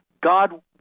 God